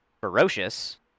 ferocious